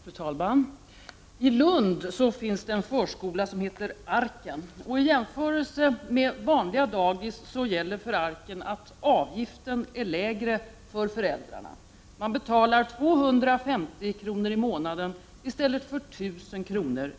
Fru talman! I Lund finns det en förskola som heter Arken. I jämförelse med vanliga dagis gäller för Arken att avgiften är lägre för föräldrarna: 250 kr. i månaden i stället för 1 000 kr.